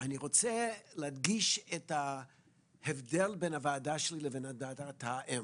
אני רוצה להדגיש את ההבדל בין הוועדה בראשותי לבין ועדת האם.